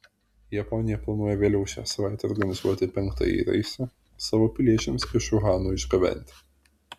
japonija planuoja vėliau šią savaitę organizuoti penktąjį reisą savo piliečiams iš uhano išgabenti